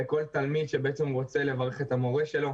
כל תלמיד שבעצם רוצה לברך את המורה שלו,